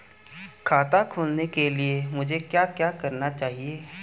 खाता खोलने के लिए मुझे क्या क्या चाहिए?